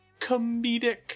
comedic